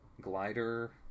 glider